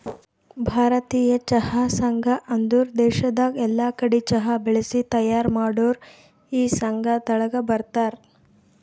ಭಾರತೀಯ ಚಹಾ ಸಂಘ ಅಂದುರ್ ದೇಶದಾಗ್ ಎಲ್ಲಾ ಕಡಿ ಚಹಾ ಬೆಳಿಸಿ ತೈಯಾರ್ ಮಾಡೋರ್ ಈ ಸಂಘ ತೆಳಗ ಬರ್ತಾರ್